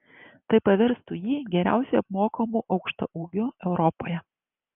tai paverstų jį geriausiai apmokamu aukštaūgiu europoje